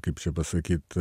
kaip čia pasakyt